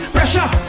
Pressure